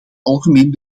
algemeen